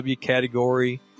category